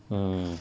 mm